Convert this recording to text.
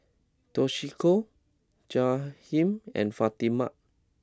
Toshiko Jaheem and Fatima